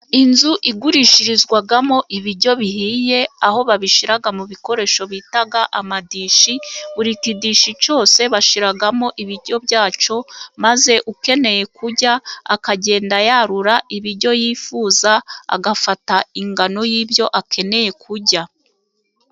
Inzu igurishirizwamo ibiryo bihiye, aho babishyira mu bikoresho bita amadishi, buri kidishi cyose bashyiramo ibiryo byacyo, maze ukeneye kurya akagenda yarura ibiryo yifuza, agafata ingano y'ibyo akeneye kurya.